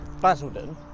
Basildon